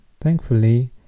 Thankfully